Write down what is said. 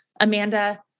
Amanda